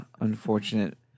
unfortunate